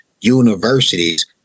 universities